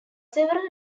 several